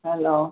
hello